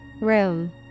Room